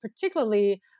particularly